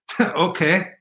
okay